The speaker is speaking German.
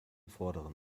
vorderen